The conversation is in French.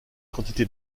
quantités